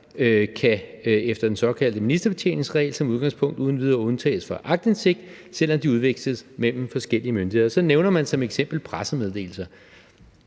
efter den såkaldte ministerbetjeningsregel som udgangspunkt uden videre kan undtages fra aktindsigt, selv om de udveksles mellem forskellige myndigheder, og så nævner man som eksempel pressemeddelser.